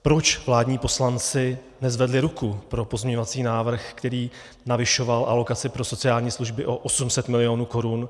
Proč vládní poslanci nezvedli ruku pro pozměňovací návrh, který navyšoval alokaci pro sociální služby o 800 mil. korun?